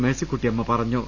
മേഴ്സിക്കുട്ടിയമ്മ പറഞ്ഞു